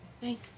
Thank